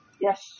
Yes